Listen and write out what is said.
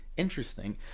interesting